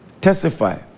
testify